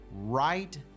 right